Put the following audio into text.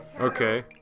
Okay